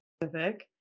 Pacific